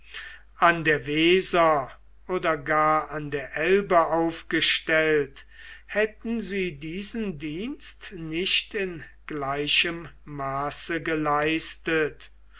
an der weser oder gar an der elbe aufgestellt hätten sie diesen dienst nicht in gleichem maße geleistet